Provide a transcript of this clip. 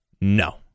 No